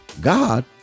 God